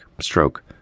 stroke